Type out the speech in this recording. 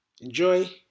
enjoy